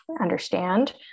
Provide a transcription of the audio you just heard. understand